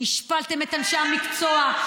השפלתם את אנשי המקצוע.